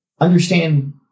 understand